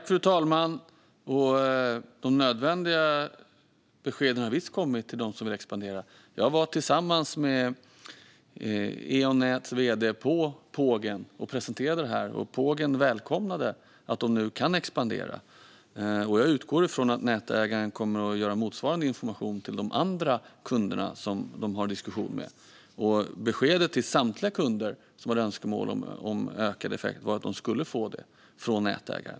Fru talman! De nödvändiga beskeden har visst kommit till dem som vill expandera. Jag var tillsammans med Eon näts vd på Pågen och presenterade det. Pågen välkomnade att det nu kan expandera. Jag utgår från att nätägaren kommer att ge motsvarande information till de andra kunderna som den har diskussion med. Beskedet till samtliga kunder som hade önskemål om ökad effekt var att de skulle få det från nätägaren.